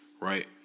Right